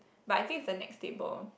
but I think it's the next table